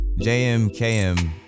JMKM